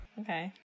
Okay